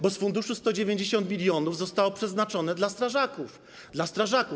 Bo z funduszu 190 mln zostało przeznaczone na strażaków.